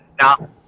Now